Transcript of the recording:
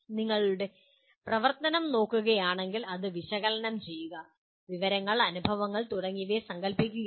നിങ്ങൾ പ്രവർത്തനം നോക്കുകയാണെങ്കിൽ അത് വിശകലനം ചെയ്യുക വിവരങ്ങൾ അനുഭവങ്ങൾ തുടങ്ങിയവയെ സങ്കൽപ്പിക്കുകയാണ്